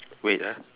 wait ah